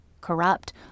corrupt